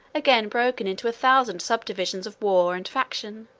again broken into a thousand subdivisions of war and faction,